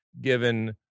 given